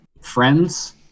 Friends